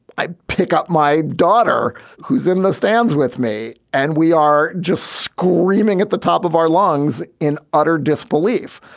i pick up my daughter who's in the stands with me, and we are just screaming at the top of our lungs in utter disbelief.